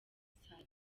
saa